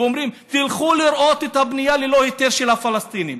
ואומרים: תלכו לראות את הבנייה ללא היתר של הפלסטינים.